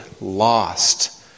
lost